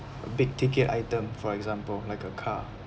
a big ticket item for example like a car